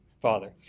Father